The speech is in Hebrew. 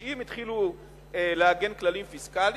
ה-90 התחילו לעגן כללים פיסקליים,